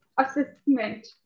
assessment